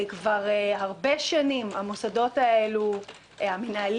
כבר שנים רבות מנהלי המוסדות האלה מתריעים